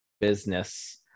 business